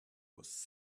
was